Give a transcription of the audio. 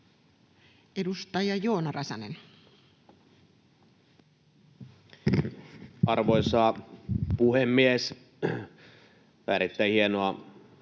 Edustaja Joona Räsänen. Arvoisa puhemies! Erittäin hienoa kuunnella